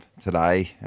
today